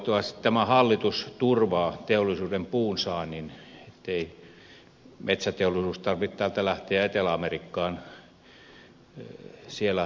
toivottavasti tämä hallitus turvaa teollisuuden puunsaannin ettei metsäteollisuuden tarvitse täältä lähteä etelä amerikkaan halvan puun perään